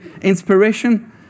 Inspiration